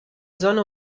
zona